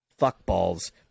fuckballs